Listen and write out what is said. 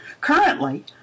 Currently